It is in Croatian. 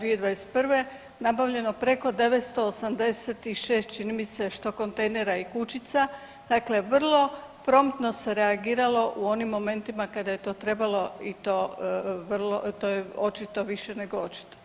2021. nabavljeno preko 986, čini mi se, što kontejnera i kućica, dakle vrlo promptno se reagiralo u onim momentima kada je to trebalo i to vrlo, to je očito više nego očito.